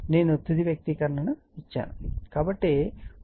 నేను తుది వ్యక్తీకరణని ఇచ్చాను